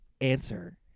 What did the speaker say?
answer